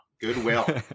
goodwill